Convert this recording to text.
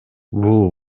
бул